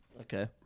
Okay